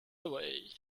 away